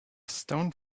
stone